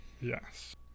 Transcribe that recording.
Yes